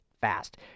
fast